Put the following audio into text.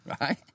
Right